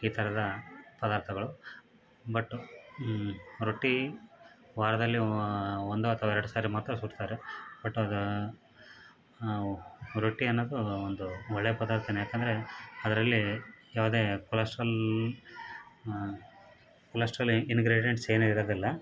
ಈ ಥರದ ಪದಾರ್ಥಗಳು ಬಟ್ ರೊಟ್ಟಿ ವಾರದಲ್ಲಿ ಒಂದು ಅಥ್ವಾ ಎರ್ಡು ಸಾರಿ ಮಾತ್ರ ಸುಡ್ತಾರೆ ಬಟ್ ಅದು ರೊಟ್ಟಿ ಅನ್ನೋದು ಒಂದು ಒಳ್ಳೆ ಪದಾರ್ಥವೇ ಯಾಕೆಂದ್ರೆ ಅದರಲ್ಲಿ ಯಾವುದೇ ಕೊಲೆಸ್ಟ್ರಲ್ ಕೊಲೆಸ್ಟ್ರಲ್ ಇನ್ ಇನ್ಗ್ರಿಡಿಯೆಂಟ್ಸ್ ಏನೂ ಇರೋದಿಲ್ಲ